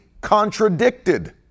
contradicted